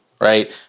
Right